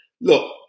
look